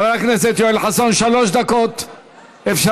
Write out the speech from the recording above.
חבר הכנסת יואל חסון שלוש דקות אפשרות.